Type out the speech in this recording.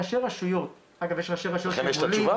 יש ראשי רשויות שהם עולים --- לכם יש את התשובה?